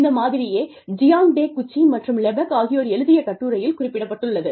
இந்த மாதிரியே Jiang Taguchi மற்றும் லெபக் ஆகியோர் எழுதிய கட்டுரையில் குறிப்பிடப்பட்டுள்ளது